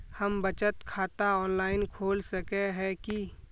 हम बचत खाता ऑनलाइन खोल सके है की?